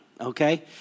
okay